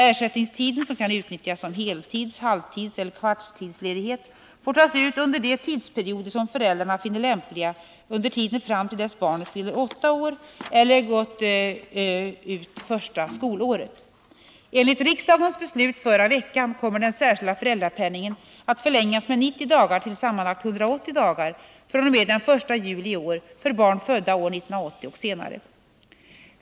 Ersättningstiden, som kan utnyttjas som heltids-, halvtidseller kvarttidsledighet, får tas ut under de tidsperioder som föräldrarna finner lämpliga under tiden fram till dess barnet fyller åtta år eller gått ut första skolåret. Enligt riksdagens beslut förra veckan kommer den särskilda föräldrapenningen att förlängas med 90 dagar till sammanlagt 180 dagar fr.o.m. den 1 juli i år för barn födda år 1980 och senare.